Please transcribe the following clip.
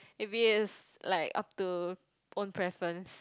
maybe it's like up to own preference